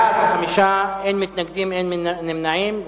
בעד, 5, אין מתנגדים, אין נמנעים.